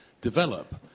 develop